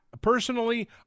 Personally